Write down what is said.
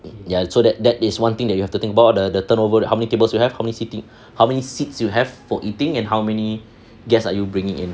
ya so that that is one thing that you have to think about err the turnover rate how many tables you have how many sitting how many seats you have for eating and how many guests are you bringing in